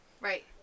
Right